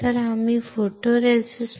तर आम्ही photoresist photoresist